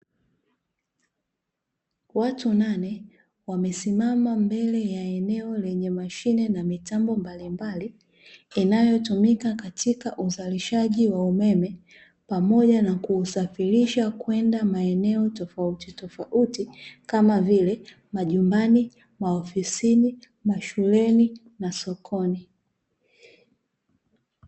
Watu nane wamesimama mbele ya eneo lenye mashine na mitambo mbalimbali inayotumika katika uzalishaji wa umeme pamoja na kuusafirisha kwenda maeneo tofauti tofauti kama vile majumbani, maofisini, mashuleni na sokoni.